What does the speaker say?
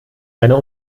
seiner